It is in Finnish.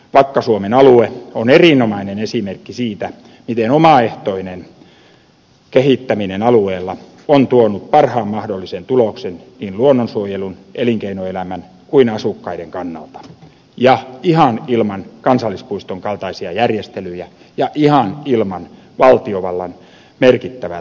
vakka suomen alue on erinomainen esimerkki siitä miten omaehtoinen kehittäminen alueella on tuonut parhaan mahdollisen tuloksen niin luonnonsuojelun elinkeinoelämän kuin asukkaiden kannalta ja ihan ilman kansallispuiston kaltaisia järjestelyjä ja ihan ilman valtiovallan merkittävää taloudellista tukea